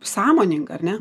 sąmoninga ar ne